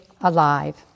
alive